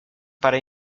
para